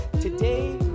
Today